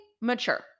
mature